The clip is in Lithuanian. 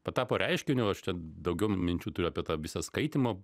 patapo reiškiniu aš čia daugiau minčių turiu apie tą visą skaitymo